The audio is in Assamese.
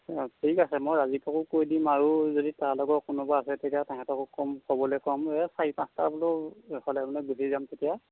অ' ঠিক আছে মই ৰাজিবকো কৈ দিম আৰু যদি তাৰ লগৰ কোনোবা আছে তেতিয়া তাহাঁতকো ক'ম ক'বলৈ ক'ম এই চাৰি পাঁচটা হ'লেও মানে গুচি যাম তেতিয়া